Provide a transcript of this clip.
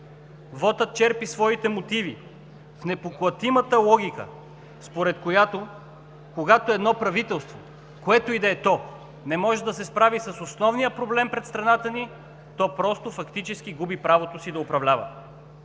Вотът черпи своите мотиви в непоклатимата логика, според която, когато едно правителство, което и да е то, не може да се справи с основния проблем пред страната ни, то просто фактически губи правото си да управлява.